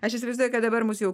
aš įsivaizduoju kad dabar mus jau